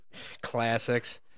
Classics